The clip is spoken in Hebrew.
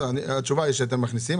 כלומר התשובה היא שאתם מכניסים את זה.